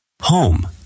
Home